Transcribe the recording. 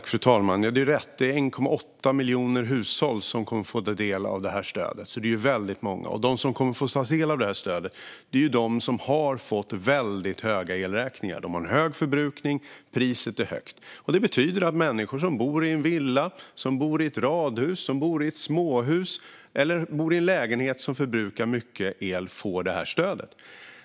Fru talman! Det är rätt att det är 1,8 miljoner hushåll som kommer att få del av det här stödet. Det är alltså väldigt många. De som kommer att få ta del av det här stödet är de som har fått väldigt höga elräkningar. De har en hög förbrukning och priset är högt. Det betyder att människor som bor i en villa, ett radhus, ett småhus eller en lägenhet som förbrukar mycket el får det här stödet.